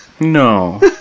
No